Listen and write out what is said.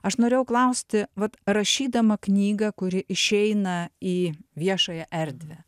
aš norėjau klausti vat rašydama knygą kuri išeina į viešąją erdvę